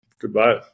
Goodbye